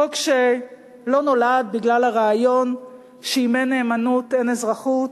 חוק שלא נולד בגלל הרעיון שאם אין נאמנות אין אזרחות,